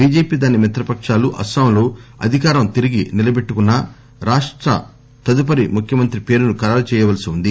BJP దాని మిత్ర పకాలు అస్పాంలో అధికారం తిరిగి నిలబెట్టుకున్నా రాష్ట తదుపరి ముఖ్యమంత్రి పేరును ఖరారు చేయాల్సి ఉంది